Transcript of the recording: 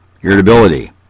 irritability